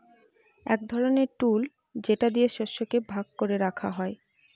এক ধরনের টুল যেটা দিয়ে শস্যকে ভাগ করে রাখা হয়